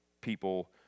people